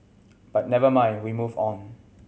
but never mind we move on